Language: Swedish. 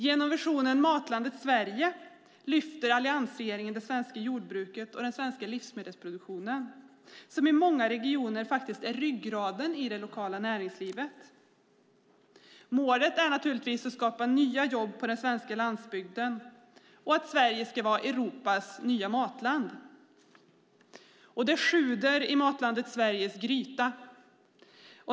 Genom visionen Matlandet Sverige lyfter alliansregeringen det svenska jordbruket och den svenska livsmedelsproduktionen, som i många regioner faktiskt är ryggraden i det lokala näringslivet. Målet är naturligtvis att skapa nya jobb på den svenska landsbygden och att Sverige ska vara Europas nya matland. Det sjuder i Matlandet Sveriges gryta.